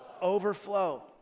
Overflow